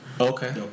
Okay